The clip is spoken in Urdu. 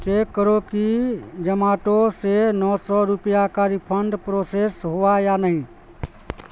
چیک کرو کہ جماٹو سے نو سو روپیہ کا ریفنڈ پروسیس ہوا یا نہیں